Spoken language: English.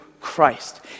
Christ